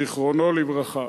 זיכרונו לברכה,